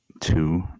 two